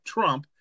Trump